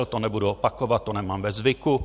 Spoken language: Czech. To nebudu opakovat, to nemám ve zvyku.